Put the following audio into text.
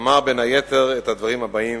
אמר בין היתר את הדברים הבאים: